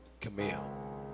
Camille